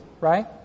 right